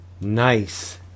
Nice